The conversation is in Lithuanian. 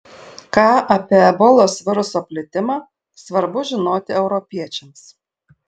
ką apie ebolos viruso plitimą svarbu žinoti europiečiams